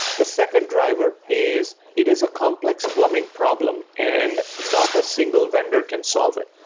the second driver is it is a complex plumbing problem and not a single vendor can solve it.